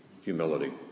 Humility